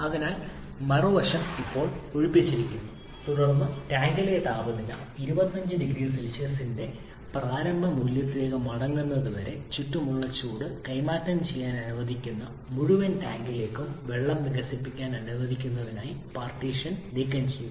അതിനാൽ മറുവശത്ത് ഇപ്പോൾ ഒഴിപ്പിച്ചിരിക്കുന്നു തുടർന്ന് ടാങ്കിലെ താപനില 25 0 സി യുടെ പ്രാരംഭ മൂല്യത്തിലേക്ക് മടങ്ങുന്നതുവരെ ചുറ്റുമുള്ള ചൂട് കൈമാറ്റം ചെയ്യാൻ അനുവദിക്കുന്ന മുഴുവൻ ടാങ്കിലേക്കും വെള്ളം വികസിപ്പിക്കാൻ അനുവദിക്കുന്നതിനായി പാർട്ടീഷൻ നീക്കംചെയ്തു